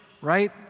right